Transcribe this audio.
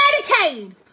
Medicaid